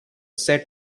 set